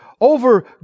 Over